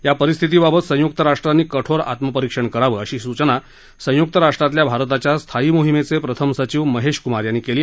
या परिस्थितीबाबत संयुक्त राष्ट्रांनी कठोर आत्मपरीक्षण करावं अशी सूचना संय्क्त् राष्ट्रातल्या भारताच्या स्थायी मोहीमेचे प्रथम सचीव महेश क्मार यांनी केली